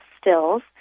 stills